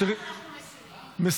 אנחנו מסירים את ההסתייגויות.